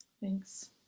Thanks